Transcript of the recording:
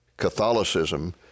Catholicism